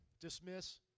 dismiss